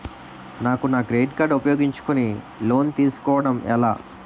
నాకు నా credit card ఉపయోగించుకుని లోన్ తిస్కోడం ఎలా?